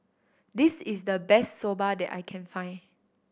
this is the best Soba that I can find